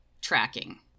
tracking